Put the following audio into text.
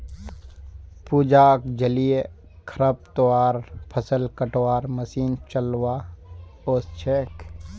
पूजाक जलीय खरपतवार फ़सल कटवार मशीन चलव्वा ओस छेक